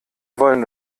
wollen